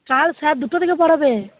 কাল স্যার দুটো থেকে পড়াবে